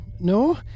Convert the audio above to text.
No